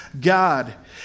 God